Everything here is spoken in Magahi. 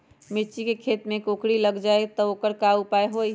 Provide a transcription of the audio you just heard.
मिर्ची के पेड़ में कोकरी लग जाये त वोकर उपाय का होई?